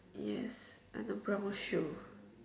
yes and a brown shoe